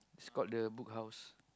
it's called the Bookhouse